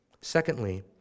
Secondly